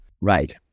Right